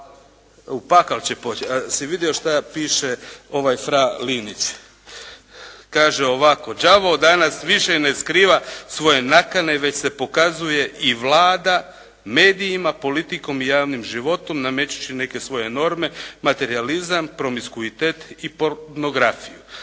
U pakao će poći. A jesi vidio šta piše fra Linić. Kaže ovako: "Đavao danas više ne skriva svoje nakane već se pokazuje i Vlada medijima politikom i javnim životom namećući neke svoje norme, materijalizam, promiskuitet i pornografiju."